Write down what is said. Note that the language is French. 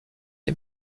les